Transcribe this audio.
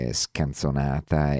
scanzonata